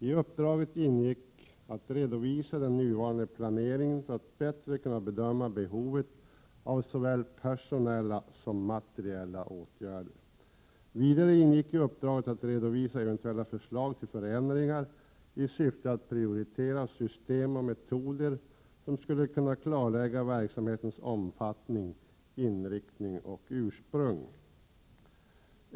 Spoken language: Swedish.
I uppdraget ingick att redovisa dervattensverksamliet den nuvarande planeringen för att bättre kunna bedöma behovet av såväl personella som materiella åtgärder. Vidare ingick i uppdraget att redovisa eventuella förslag till förändringar i syfte att prioritera system och metoder som skulle kunna klarlägga verksamhetens omfattning, inriktning och ursprung.